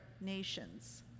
nations